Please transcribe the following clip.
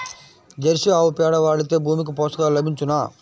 Jersey ఆవు పేడ వాడితే భూమికి పోషకాలు లభించునా?